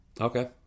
Okay